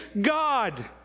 God